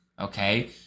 okay